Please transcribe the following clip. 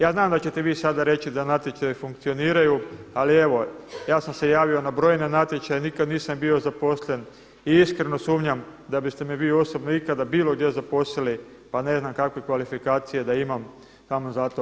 Ja znam da ćete vi sada reći da natječaji funkcioniraju, ali evo ja sam se javio na brojne natječaje nikad nisam bio zaposleni i iskreno sumnjam da biste mi vi osobno ikada bilo gdje zaposlili pa ne znam kakve kvalifikacije da imam samo zato što sam iz Živoga zida.